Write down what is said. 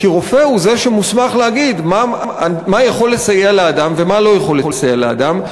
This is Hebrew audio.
כי רופא הוא שמוסמך להגיד מה יכול לסייע לאדם ומה לא יכול לסייע לאדם.